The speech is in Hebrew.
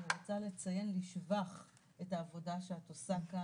אבל אני רוצה לציין לשבח את העבודה שאת עושה כאן.